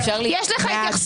מי נגד?